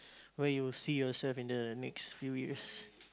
where you see yourself in the next few years